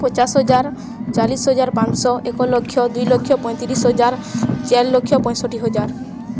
ପଚାଶ ହଜାର ଚାଳିଶ ହଜାର ପାଞ୍ଚଶହ ଏକଲକ୍ଷ ଦୁଇ ଲକ୍ଷ ପଇଁତିରିଶ ହଜାର ଚାରି ଲକ୍ଷ ପଞ୍ଚଷଠି ହଜାର